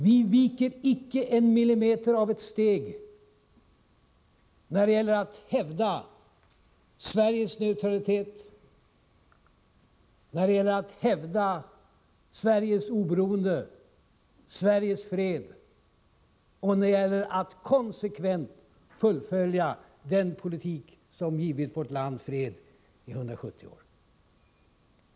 Vi viker icke en millimeter av ett steg när det gäller att hävda Sveriges neutralitet, när det gäller att hävda Sveriges oberoende och Sveriges fred, när det gäller att konsekvent fullfölja den politik som givit vårt land fred i 170 år.